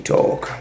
Talk